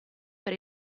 per